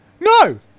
no